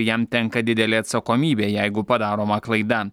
jam tenka didelė atsakomybė jeigu padaroma klaida